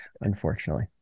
unfortunately